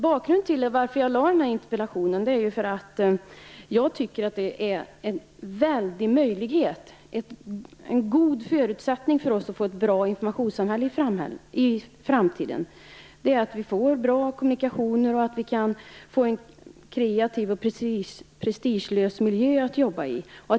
Bakgrunden till att jag ställde interpellationen är att jag tycker att Internet är en väldig möjlighet, en god förutsättning för oss att få ett bra informationssamhälle i framtiden. Vi får bra kommunikationer. Vi kan få en kreativ och prestigelös miljö att jobba i.